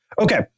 Okay